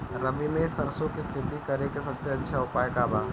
रबी में सरसो के खेती करे के सबसे अच्छा उपाय का बा?